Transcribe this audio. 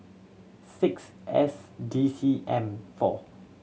six S D C M four